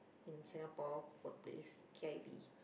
in Singapore workplace K_I_V